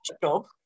job